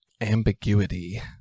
ambiguity